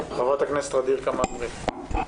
חברת הכנסת ע'דיר כאמל מריח, בבקשה.